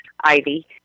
Ivy